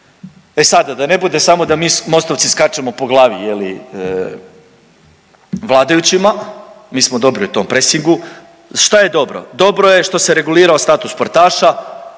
E sada da ne bude samo da mi MOST-ovci skačemo po glavi je li vladajućima, mi smo dobri u tom presingu. Šta je dobro? Dobro je što se regulirao status sportaša,